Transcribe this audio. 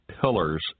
Pillars